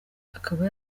akaba